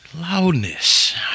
loudness